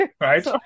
right